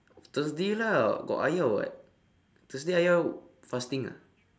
thursday lah got ayah [what] thursday ayah fasting ah